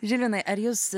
žilvinai ar jūs